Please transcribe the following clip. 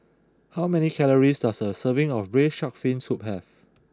how many calories does a serving of Braised Shark Fin Soup have